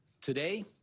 Today